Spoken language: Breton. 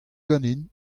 ganin